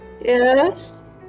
Yes